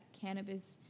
cannabis